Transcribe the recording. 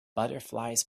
butterflies